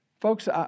Folks